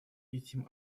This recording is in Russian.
этим